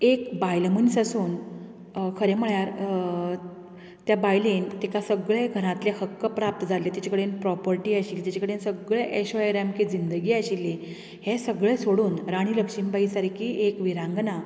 एक बायल मनीस आसून खरें म्हळ्यार त्या बायलेन तिका सगळें घरांतले हक्क प्राप्त जालें तिचे कडेन प्रॉपर्टी आशिल्ली तिचे कडेन सगळे एशो आराम की जिंदगी आशिल्ली हें सगळें सोडून राणी लक्ष्मी बाई सारकी एक विरांगना